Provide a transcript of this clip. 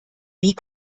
wie